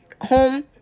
home